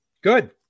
Good